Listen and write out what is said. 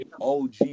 OG